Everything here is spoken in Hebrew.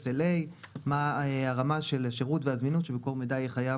מה רמת השירות והזמינות שמקור מידע יהיה חייב